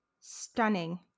stunning